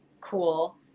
cool